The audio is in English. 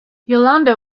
yolande